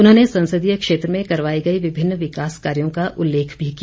उन्होंने संसदीय क्षेत्र में करवाए गए विभिन्न विकास कार्यों का उल्लेख भी किया